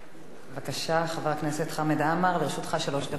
בבקשה, חבר הכנסת חמד עמאר, לרשותך שלוש דקות.